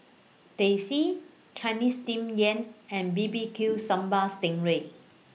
Teh C Chinese Steamed Yam and B B Q Sambal Sting Ray